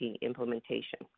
implementation